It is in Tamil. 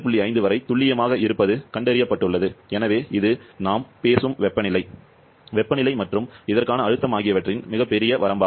5 வரை துல்லியமாக இருப்பது கண்டறியப்பட்டுள்ளது எனவே இது நாம் பேசும் வெப்பநிலை வெப்பநிலை மற்றும் இதற்கான அழுத்தம் ஆகியவற்றின் மிகப் பெரிய வரம்பாகும்